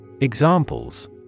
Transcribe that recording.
Examples